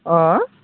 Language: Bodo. अ